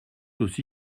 aussi